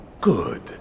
Good